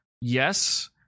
Yes